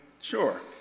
Sure